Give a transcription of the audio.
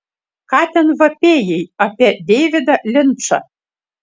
ką ten vapėjai apie deividą linčą